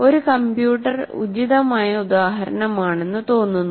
ഒരു കമ്പ്യൂട്ടർ ഉചിതമായ ഉദാഹരണമാണെന്ന് തോന്നുന്നു